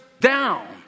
down